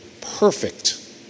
perfect